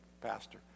pastor